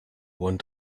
one